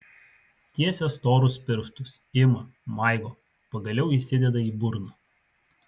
tiesia storus pirštus ima maigo pagaliau įsideda į burną